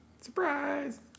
Surprise